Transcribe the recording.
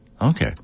Okay